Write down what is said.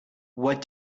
what